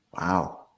Wow